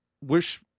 wish